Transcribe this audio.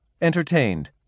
entertained